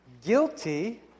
Guilty